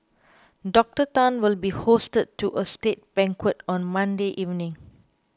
Doctor Tan will be hosted to a state banquet on Monday evening